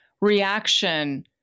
reaction